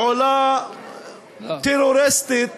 בפעולה טרוריסטית